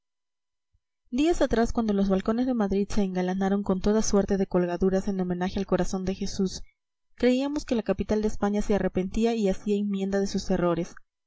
días atrás cuando los balcones de madrid se engalanaron con toda suerte de colgaduras en homenaje al corazón de jesús creíamos que la capital de españa se arrepentía y hacía enmienda de sus errores